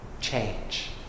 change